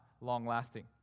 long-lasting